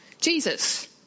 Jesus